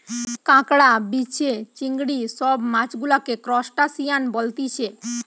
কাঁকড়া, বিছে, চিংড়ি সব মাছ গুলাকে ত্রুসটাসিয়ান বলতিছে